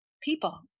people